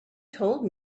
told